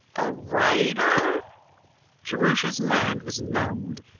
a writer jerusha's mind was numbed.